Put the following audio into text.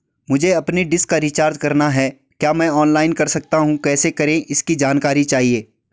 मुझे अपनी डिश का रिचार्ज करना है क्या मैं ऑनलाइन कर सकता हूँ कैसे करें इसकी जानकारी चाहिए?